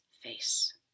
face